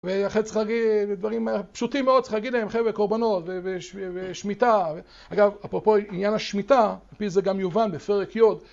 ואחרי זה צריך להגיד דברים פשוטים מאוד, צריך להגיד להם חברה קורבנות ושמיטה. אגב, אפרופו עניין השמיטה, לפי זה גם יובן בפרק י׳